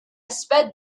sped